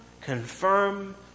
confirm